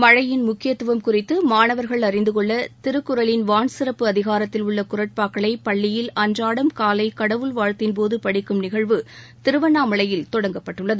மழையின் முக்கியத்துவம் குறித்து மாணவர்கள் அறிந்துகொள்ள திருக்குறளின் வான்சிறப்பு அதிகாரத்தில் உள்ள குறட்பாக்களை பள்ளியில் அன்றாடம் காலை கடவுள் வாழ்த்தின்போது படிக்கும் நிகழ்வு திருவண்ணாமலையில் தொடங்கப்பட்டுள்ளது